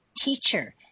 teacher